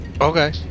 Okay